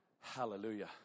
Hallelujah